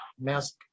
mask